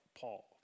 Paul